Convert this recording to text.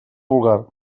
vulgar